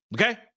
Okay